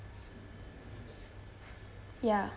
ya